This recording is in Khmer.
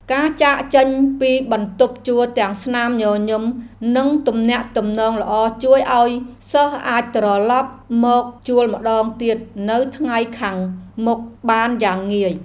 ការចាកចេញពីបន្ទប់ជួលទាំងស្នាមញញឹមនិងទំនាក់ទំនងល្អជួយឱ្យសិស្សអាចត្រឡប់មកជួលម្តងទៀតនៅថ្ងៃខាងមុខបានយ៉ាងងាយ។